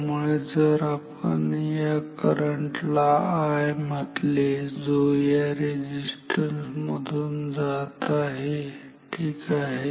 त्यामुळे जर आपण या करंट ला I म्हटले जो या रेझिस्टन्स मधून जात आहे ठीक आहे